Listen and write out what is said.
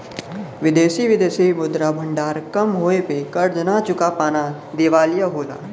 विदेशी विदेशी मुद्रा भंडार कम होये पे कर्ज न चुका पाना दिवालिया होला